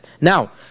Now